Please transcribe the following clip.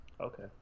Okay